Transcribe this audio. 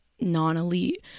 non-elite